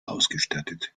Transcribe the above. ausgestattet